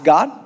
God